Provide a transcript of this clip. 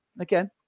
again